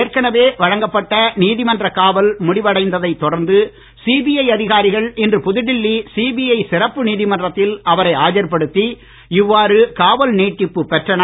ஏற்கனவே வழங்கப்பட்ட நீதிமன்ற காவல் முடிவடைந்ததை தொடர்ந்து சிபிஐ அதிகாரிகள் இன்று புதுடெல்லி சிபிஐ சிறப்பு நீதிமன்றத்தில் அவரை ஆஜர்ப்படுத்தி இவ்வாறு காவல் நீட்டிப்பு பெற்றனர்